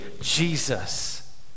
Jesus